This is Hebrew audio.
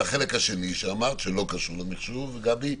והחלק השני שאמרת, שלא קשור למחשוב, גבי?